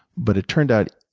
but it turned out,